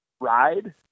ride